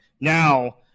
now